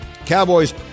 Cowboys